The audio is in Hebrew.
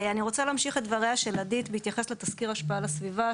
אני רוצה להמשיך את דבריה של עדית בהתייחס לתסקיר השפעה לסביבה,